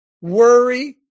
worry